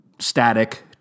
Static